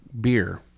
beer